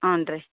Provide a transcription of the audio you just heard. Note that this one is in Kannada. ಹ್ಞೂ ರೀ